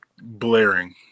blaring